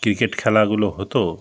cricket খেলাগুলো হতো